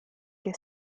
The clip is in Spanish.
que